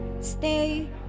Stay